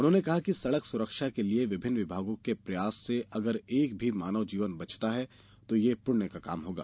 उन्होंने कहा कि सड़क सुरक्षा के लिये विभिन्न विभागों को प्रयासों से अगर एक भी मानव जीवन बचता है तो यह पृण्य का काम होगा